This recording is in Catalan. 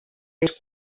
més